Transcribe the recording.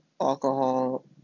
alcohol